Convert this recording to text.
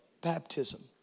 baptism